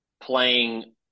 playing